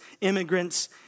immigrants